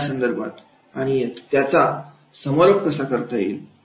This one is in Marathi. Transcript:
आणि त्याचा समारोप कसा करता येईल